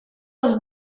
was